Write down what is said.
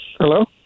Hello